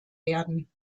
werden